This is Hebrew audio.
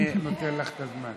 אני נותן לך את הזמן.